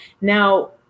Now